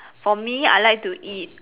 for me I like to eat